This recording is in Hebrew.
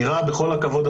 נראה בכל הכבוד,